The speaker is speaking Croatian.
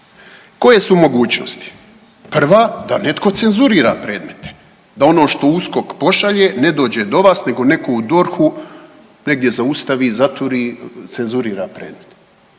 Koje su mogućnosti? Prva da netko cenzurira predmete, da ono što USKOK pošalje ne dođe do vas nego netko u DORH-u negdje zaustavi, zaturi, cenzurira predmet.